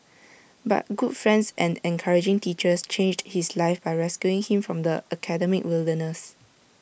but good friends and encouraging teachers changed his life by rescuing him from the academic wilderness